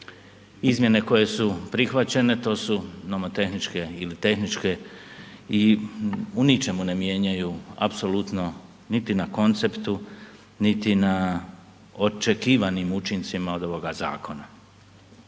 Izmjene koje su prihvaćene to su nomotehničke ili tehničke i u ničemu ne mijenjaju, apsolutno niti na konceptu, niti na očekivanim učincima od ovoga zakona.